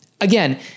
again